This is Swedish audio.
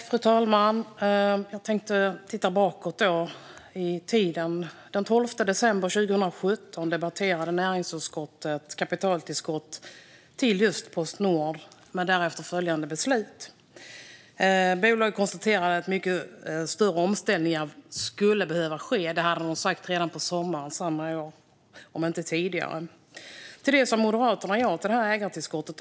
Fru talman! Jag tänker titta bakåt i tiden. Den 12 december 2017 debatterade näringsutskottet kapitaltillskott till Postnord med därefter följande beslut. Bolaget konstaterade att mycket större omställningar skulle behöva ske. Det hade de sagt redan på sommaren samma år, om inte tidigare. Moderaterna sa ja till ägartillskottet.